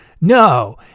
No